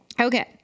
okay